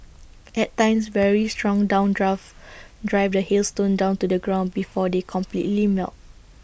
at times very strong downdrafts drive the hailstones down to the ground before they completely melt